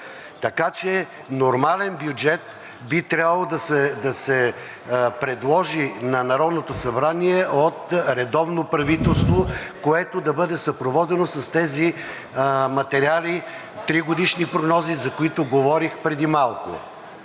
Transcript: Така че нормален бюджет би трябвало да се предложи на Народното събрание от редовно правителство, което да бъде съпроводено с тези материали, тригодишни прогнози, за които говорих преди малко.